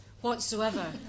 whatsoever